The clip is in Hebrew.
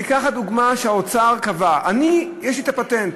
ניקח דוגמה שהאוצר קבע: אני, יש לי את הפטנט,